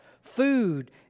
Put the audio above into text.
food